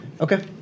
Okay